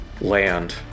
land